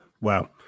Wow